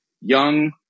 young